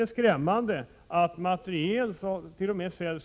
Det är skrämmande att dett.o.m.